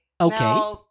Okay